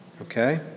Okay